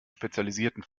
spezialisierten